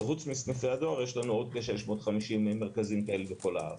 שחוץ מסניפי הדואר יש לנו עוד כ-650 מרכזים כאלה בכל הארץ.